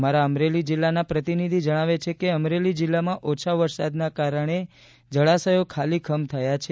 અમારા અમરેલી જિલ્લાના પ્રતિનિધી જણાવે છે કે અમરેલી જિલ્લામાં ઓછા વરસાદના કારણે જળાશયો ખાલીખમ થયા છે